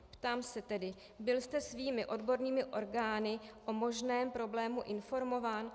Ptám se tedy: Byl jste svými odbornými orgány o možném problému informován?